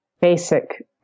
basic